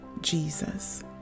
Jesus